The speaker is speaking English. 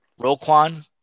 Roquan